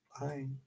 bye